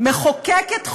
מחוקקת חוק,